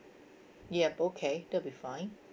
yup okay that'll be fine